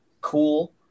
Cool